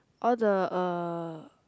all the uh